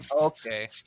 Okay